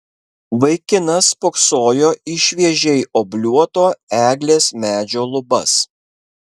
vaikinas spoksojo į šviežiai obliuoto eglės medžio lubas